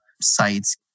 sites